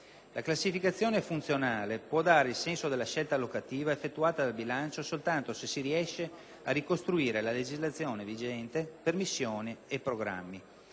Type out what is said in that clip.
La classificazione funzionale può dare il senso della scelta allocativa effettuata dal bilancio soltanto se si riesce a ricostruire la legislazione vigente per missioni e programmi.